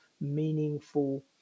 meaningful